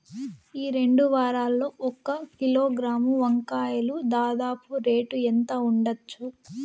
ఈ రెండు వారాల్లో ఒక కిలోగ్రాము వంకాయలు దాదాపు రేటు ఎంత ఉండచ్చు?